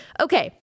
okay